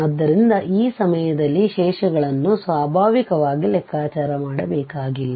ಆದ್ದರಿಂದ ಈ ಸಮಯದಲ್ಲಿ ಶೇಷಗಳನ್ನು ಸ್ವಾಭಾವಿಕವಾಗಿ ಲೆಕ್ಕಾಚಾರ ಮಾಡಬೇಕಾಗಿಲ್ಲ